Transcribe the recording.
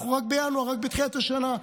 אנחנו רק בינואר, רק בתחילת השנה.